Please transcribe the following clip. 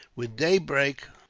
with daybreak,